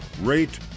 rate